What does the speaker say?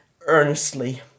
earnestly